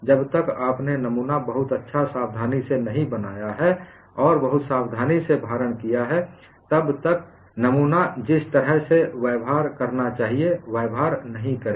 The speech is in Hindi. जब तक आपने नमूना बहुत बहुत सावधानी से नहीं बनाया है और बहुत सावधानी से भारण किया है तब तक नमूना जिस तरह से व्यवहार करना चाहिए वह व्यवहार नहीं करेगा